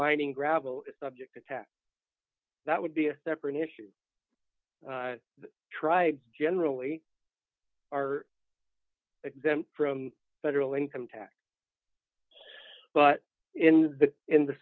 mining gravel is subject to tax that would be a separate issue tribes generally are exempt from federal income tax but in the in the